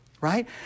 right